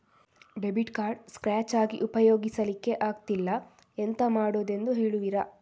Debit card scratch ಆಗಿ ಉಪಯೋಗಿಸಲ್ಲಿಕ್ಕೆ ಆಗ್ತಿಲ್ಲ, ಎಂತ ಮಾಡುದೆಂದು ಹೇಳುವಿರಾ?